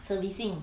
servicing